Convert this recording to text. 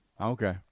Okay